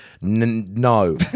no